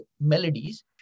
melodies